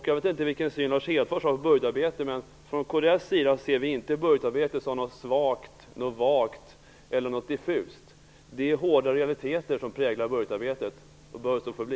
Jag vet inte vilken syn Lars Hedfors har på budgetarbetet, men kds ser inte budgetarbetet som något vagt eller diffust. Det är hårda realiteter som präglar budgetarbetet, och det bör så förbli.